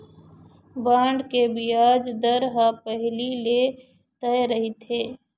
bond के बियाज दर ह पहिली ले तय रहिथे